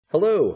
Hello